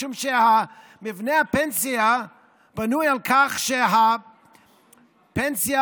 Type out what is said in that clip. משום שמבנה הפנסיה בנוי כך שהפנסיה